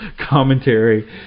commentary